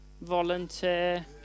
Volunteer